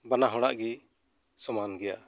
ᱵᱟᱱᱟ ᱦᱚᱲᱟ ᱜᱮ ᱥᱚᱢᱟᱱ ᱜᱮᱭᱟ